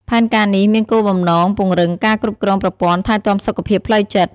ផែនការនេះមានគោលបំណងពង្រឹងការគ្រប់គ្រងប្រព័ន្ធថែទាំសុខភាពផ្លូវចិត្ត។